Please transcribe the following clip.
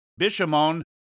Bishamon